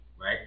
right